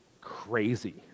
crazy